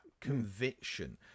conviction